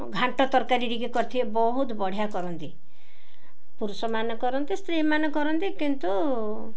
ଘାଣ୍ଟ ତରକାରୀ ଟିକେ କରିଥିବେ ବହୁତ ବଢ଼ିଆ କରନ୍ତି ପୁରୁଷମାନେ କରନ୍ତି ସ୍ତ୍ରୀମାନେ କରନ୍ତି କିନ୍ତୁ